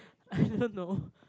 I don't know